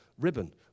ribbon